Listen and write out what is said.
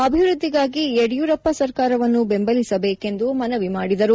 ಅಭಿವೃದ್ದಿಗಾಗಿ ಯಡಿಯೂರಪ್ಪ ಸರ್ಕಾರವನ್ನು ಬೆಂಬಲಿಸಬೇಕೆಂದು ಮನವಿ ಮಾಡಿದರು